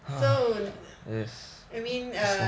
so I mean err